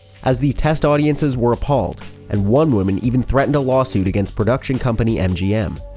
as these test audiences were appalled and one woman even threatened a lawsuit against production company mgm,